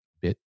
bit